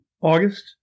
August